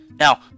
Now